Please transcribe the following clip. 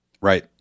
Right